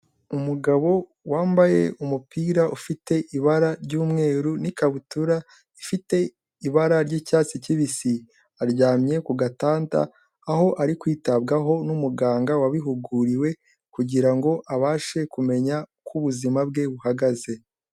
Umugabo wambaye umupira ufite ibara ry'umweru n'ikabutura ifite ibara ry'icyatsi kibisi, aryamye ku gatanda, aho ari kwitabwaho n'umuganga wabihuguriwe kugira ngo abashe kumenya uko ubuzima bwe buhagaze.